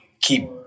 keep